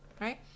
right